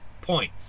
point